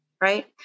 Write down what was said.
right